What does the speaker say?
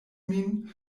min